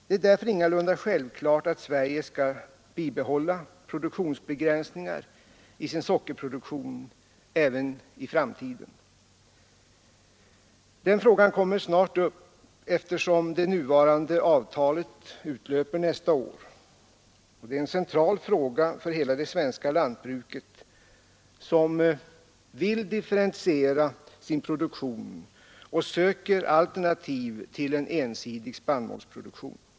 Det är därför ingalunda självklart att Sverige skall bibehålla produktionsbegränsningar i sin sockerproduktion även i framtiden. Den frågan kommer snart upp, eftersom det nuvarande avtalet utlöper nästa år. Detta är en central fråga för hela det svenska lantbruket, som vill differentiera sin produktion och söker alternativ till en ensidig spannmålsodling.